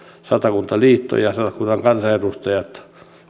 satakuntaliitto ja satakunnan kansanedustajat